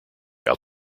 out